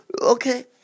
Okay